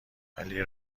ولی